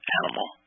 animal